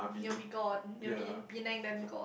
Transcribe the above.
you'll be gone you will be in Penang then got